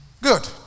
Good